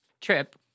trip